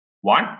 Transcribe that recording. One